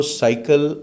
cycle